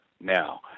now